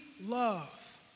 love